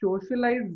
socialize